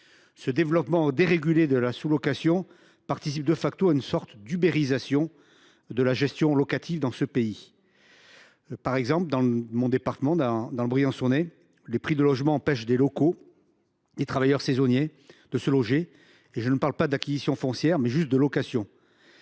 Ce développement dérégulé de la sous location participe à une sorte d’ubérisation de la gestion locative dans ce pays. Par exemple, dans le Briançonnais, dans mon département, les prix du logement empêchent les locaux et les travailleurs saisonniers de se loger. Je parle non pas d’acquisition foncière, mais simplement de location.